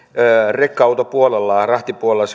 rekka auto ja rahtipuolella